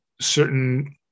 certain